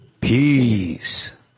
Peace